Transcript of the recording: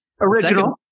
Original